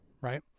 Right